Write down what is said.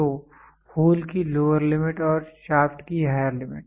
तो होल की lower limit और शाफ्ट की हायर लिमिट